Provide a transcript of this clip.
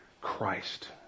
Christ